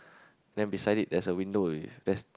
then beside it there's a window with it there's